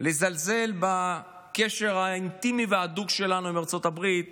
לזלזל בקשר האינטימי וההדוק שלנו עם ארצות הברית